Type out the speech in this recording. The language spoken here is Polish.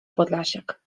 podlasiak